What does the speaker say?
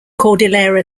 cordillera